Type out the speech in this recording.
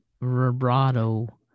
vibrato